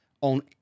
on